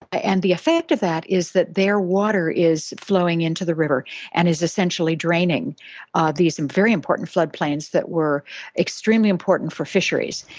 ah and the effect of that is that their water is flowing into the river and is essentially draining ah these and very important floodplains that were extremely important for fisheries.